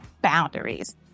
boundaries